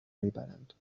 میبرند